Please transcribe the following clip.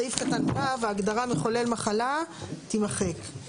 (ו) ההגדרה "מחו"ל מחלה" - תימחק,